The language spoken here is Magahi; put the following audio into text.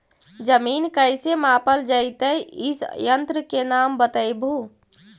जमीन कैसे मापल जयतय इस यन्त्र के नाम बतयबु?